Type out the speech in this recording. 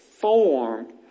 form